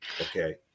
Okay